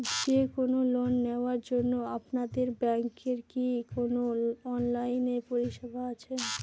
যে কোন লোন নেওয়ার জন্য আপনাদের ব্যাঙ্কের কি কোন অনলাইনে পরিষেবা আছে?